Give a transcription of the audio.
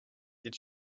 did